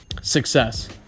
success